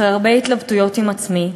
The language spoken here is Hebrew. אחרי הרבה התלבטויות עם עצמי,